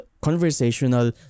conversational